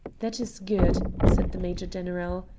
that is good, said the major-general.